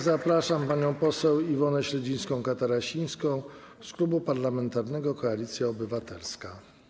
Zapraszam panią poseł Iwonę Śledzińską-Katarasińską z Klubu Parlamentarnego Koalicja Obywatelska.